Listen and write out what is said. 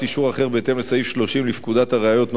אישור אחר בהתאם לסעיף 30 לפקודת הראיות ,